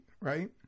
right